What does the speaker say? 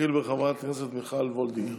נתחיל בחברת הכנסת מיכל וולדיגר,